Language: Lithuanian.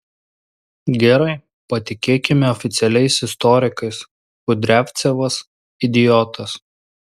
gerai patikėkime oficialiais istorikais kudriavcevas idiotas